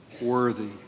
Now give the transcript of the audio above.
worthy